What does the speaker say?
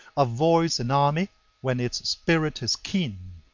avoids an army when its spirit is keen,